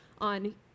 on